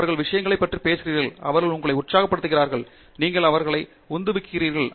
அவர்கள் விஷயங்களைப் பற்றி பேசுகிறார்கள் அவர்கள் உங்களை உற்சாகப்படுத்துகிறார்கள் நீங்கள் அவர்களை உந்துவிக்கிறீர்கள்